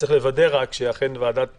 צריך לוודא שאכן הוועדה פועלת.